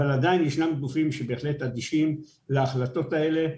אבל עדיין ישנם גופים שבהחלט אדישים להחלטות האלה.